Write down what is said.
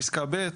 פסקה (ב),